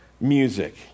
music